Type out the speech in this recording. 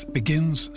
begins